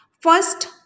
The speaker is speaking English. First